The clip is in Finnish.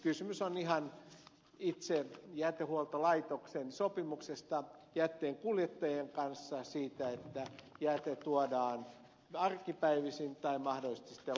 kysymys on ihan itse jätehuoltolaitoksen sopimuksesta jätteenkuljettajien kanssa siitä että jäte tuodaan arkipäivisin tai mahdollisesti sitten lauantaina